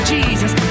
Jesus